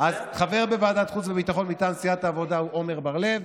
אז חבר בוועדת החוץ והביטחון מטעם סיעת העבודה הוא עמר בר לב,